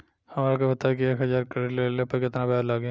हमरा के बताई कि एक हज़ार के ऋण ले ला पे केतना ब्याज लागी?